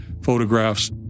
photographs